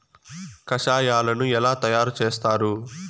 కషాయాలను ఎలా తయారు చేస్తారు?